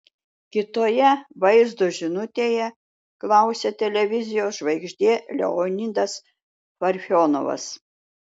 kitoje vaizdo žinutėje klausė televizijos žvaigždė leonidas parfionovas